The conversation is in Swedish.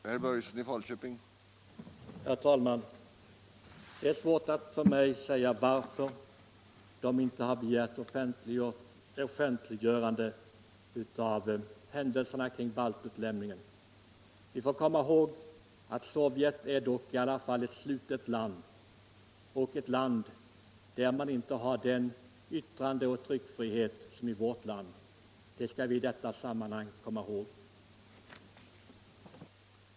Herr talman! Det är svårt för mig att säga varför de inte har begärt offentliggörande av händelserna kring baltutlämningen. Vi får i detta sammanhang komma ihåg att Sovjet i alla fall är ett slutet land, där man inte har den yttrandeoch tryckfrihet som vi har i vårt land, varför detta förhållande sannolikt utgör anledningen till tystnaden från balterna i Sovjet.